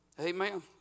Amen